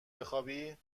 بخوابی